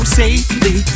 safely